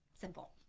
Simple